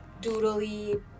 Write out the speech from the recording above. doodly